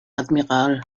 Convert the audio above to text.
admiral